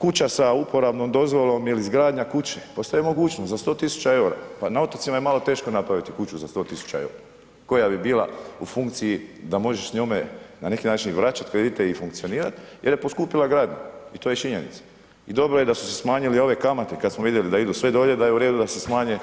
Kuća sa uporabnom dozvolom ili izgradnja kuće postoji mogućnost za 100.000,00 EUR-a, pa na otocima je malo teško napraviti kuću za 100.000,00 EUR-a koja bi bila u funkciji da možeš s njome na neki način vraćat kredite i funkcionirat jer je poskupila gradnja i to je činjenica i dobro je da su si smanjili ove kamate kad smo vidjeli da idu sve dolje, da je u redu da se smanje